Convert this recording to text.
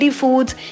foods